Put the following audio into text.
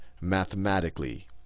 mathematically